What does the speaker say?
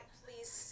please